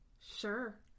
Sure